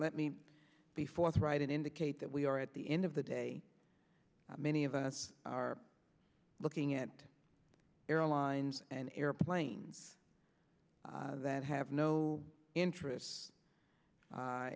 let me be forthright and indicate that we or at the end of the day many of us are looking at airlines and airplanes that have no interest